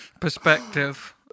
perspective